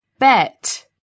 bet